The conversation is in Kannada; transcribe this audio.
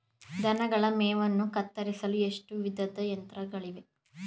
ದನಗಳ ಮೇವನ್ನು ಕತ್ತರಿಸಲು ಎಷ್ಟು ವಿಧದ ಯಂತ್ರಗಳಿವೆ?